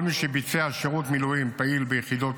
כל מי שביצע שירות מילואים פעיל ביחידות